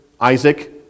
Isaac